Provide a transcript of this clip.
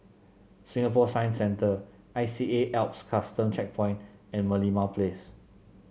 Singapore Science Centre I C A A L P S Custom Checkpoint and Merlimau Place